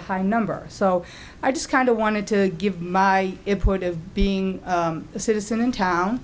a high number so i just kind of wanted to give my input of being a citizen in town